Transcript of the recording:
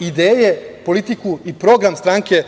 ideje, politiku i program stranke